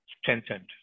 strengthened